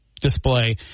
display